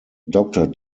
doctor